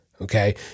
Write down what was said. Okay